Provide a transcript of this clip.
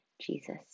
Jesus